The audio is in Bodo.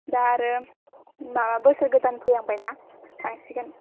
दा आरो माबा बोसोर गोदान फैहांबायना थांसिगोन